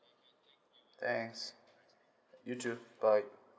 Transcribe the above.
thanks you too bye